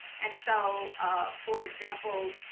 and so for example,